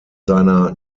seiner